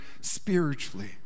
spiritually